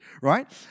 Right